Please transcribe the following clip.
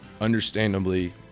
understandably